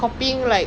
same